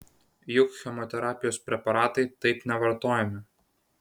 juk chemoterapijos preparatai taip nevartojami